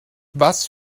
was